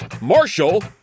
Marshall